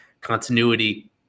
continuity